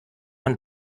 man